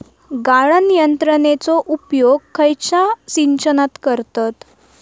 गाळण यंत्रनेचो उपयोग खयच्या सिंचनात करतत?